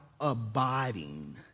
abiding